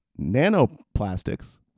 nanoplastics